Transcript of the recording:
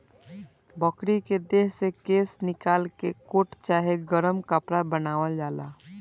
बकरी के देह से केश निकाल के कोट चाहे गरम कपड़ा बनावल जाला